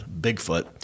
Bigfoot